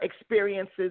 experiences